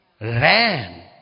ran